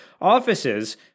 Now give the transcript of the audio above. offices